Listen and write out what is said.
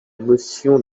motion